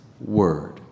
word